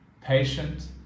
patient